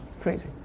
crazy